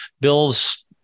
bills